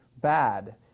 bad